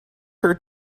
her